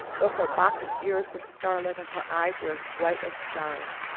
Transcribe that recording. though her boxed ears were scarlet, and her eyes were as bright as stars.